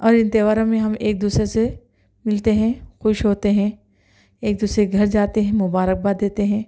اور ان تہواروں ہم ایک دوسرے سے ملتے ہیں خوش ہوتے ہیں ایک دوسرے کے گھر جاتے ہیں مبارکباد دیتے ہیں